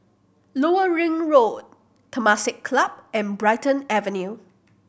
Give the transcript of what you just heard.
Lower Ring Road Temasek Club and Brighton Avenue